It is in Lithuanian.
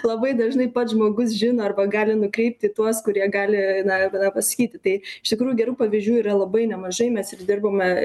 labai dažnai pats žmogus žino arba gali nukreipti tuos kurie gali na tą pasakyti tai iš tikrųjų gerų pavyzdžių yra labai nemažai mes ir dirbame